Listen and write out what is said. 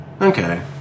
Okay